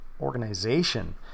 organization